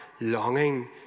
longing